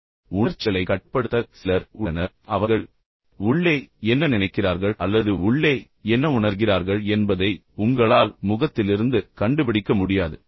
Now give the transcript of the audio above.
ஆனால் உண்மையில் தங்கள் உணர்ச்சிகளைக் கட்டுப்படுத்தக் கற்றுக் கொள்ளும் மற்றவர்களும் உள்ளனர் அவர்கள் உண்மையில் உள்ளே என்ன நினைக்கிறார்கள் அல்லது உள்ளே என்ன உணர்கிறார்கள் என்பதை உங்களால் உண்மையில் முகத்திலிருந்து கண்டுபிடிக்க முடியாது